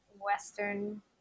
Western